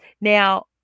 Now